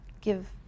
give